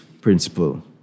principle